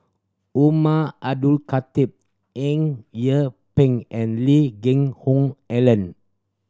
Umar Abdullah Khatib Eng Yee Peng and Lee Geck Hoon Ellen